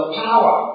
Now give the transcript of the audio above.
power